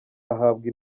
ahabwa